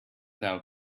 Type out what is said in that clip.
thou